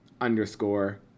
underscore